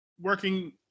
working